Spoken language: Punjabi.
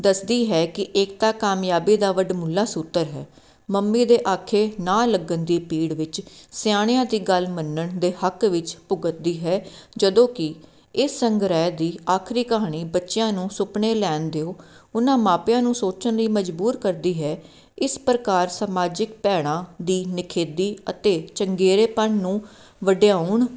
ਦੱਸਦੀ ਹੈ ਕਿ ਏਕਤਾ ਕਾਮਯਾਬੀ ਦਾ ਵਡਮੁੱਲਾ ਸੂਤਰ ਹੈ ਮੰਮੀ ਦੇ ਆਖੇ ਨਾ ਲੱਗਣ ਦੀ ਪੀੜ ਵਿੱਚ ਸਿਆਣਿਆਂ ਦੀ ਗੱਲ ਮੰਨਣ ਦੇ ਹੱਕ ਵਿੱਚ ਭੁਗਤਦੀ ਹੈ ਜਦੋਂ ਕਿ ਇਸ ਸੰਗ੍ਰਹਿ ਦੀ ਆਖਰੀ ਕਹਾਣੀ ਬੱਚਿਆਂ ਨੂੰ ਸੁਪਨੇ ਲੈਣ ਦਿਓ ਉਹਨਾਂ ਮਾਪਿਆਂ ਨੂੰ ਸੋਚਣ ਲਈ ਮਜਬੂਰ ਕਰਦੀ ਹੈ ਇਸ ਪ੍ਰਕਾਰ ਸਮਾਜਿਕ ਭੈੜਾਂ ਦੀ ਨਿਖੇਧੀ ਅਤੇ ਚੰਗੇਰੇਪਣ ਨੂੰ ਵਡਿਆਉਣ